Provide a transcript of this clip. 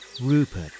Rupert